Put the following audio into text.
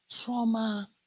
trauma